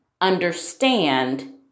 understand